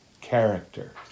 character